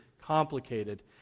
complicated